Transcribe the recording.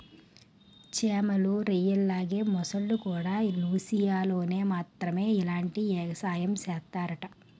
చేమలు, రొయ్యల్లాగే మొసల్లుకూడా లూసియానాలో మాత్రమే ఇలాంటి ఎగసాయం సేస్తరట